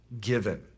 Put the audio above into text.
given